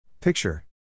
Picture